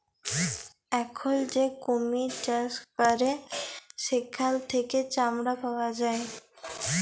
এখল যে কুমির চাষ ক্যরে সেখাল থেক্যে চামড়া পায়